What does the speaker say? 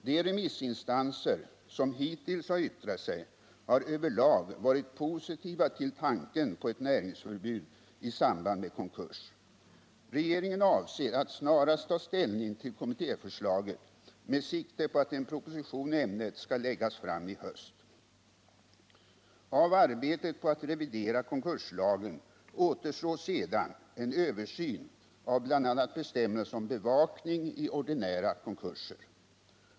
De remissinstanser som hittills har yttrat sig har över lag varit positiva till tanken på ett näringsförbud i samband med konkurs. Regeringen avser att snarast ta ställning till kommittéförslaget med sikte på att en proposition i ämnet skall läggas fram i höst. Av arbetet på att revidera konkurslagen återstår sedan en översyn av bl.a. bestämmelserna om bevakning i ordinära konkurser.